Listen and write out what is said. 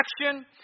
action